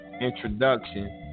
introduction